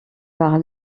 par